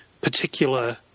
particular